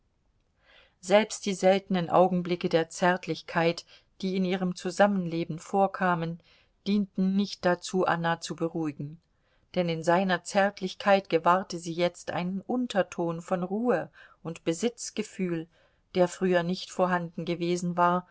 selbst die seltenen augenblicke der zärtlichkeit die in ihrem zusammenleben vorkamen dienten nicht dazu anna zu beruhigen denn in seiner zärtlichkeit gewahrte sie jetzt einen unterton von ruhe und besitzgefühl der früher nicht vorhanden gewesen war